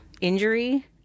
injury